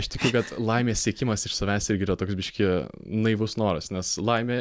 aš tikiu kad laimės siekimas iš savęs irgi yra toks biškį naivus noras nes laimė